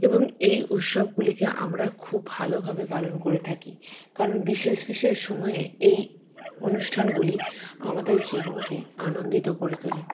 এবং এই উৎসবগুলিকে আমরা খুব ভালোভাবে পালন করে থাকি কারণ বিশেষ বিশেষ সময়ে এই অনুষ্ঠানগুলি আমাদের জীবনকে আনন্দিত করে তোলে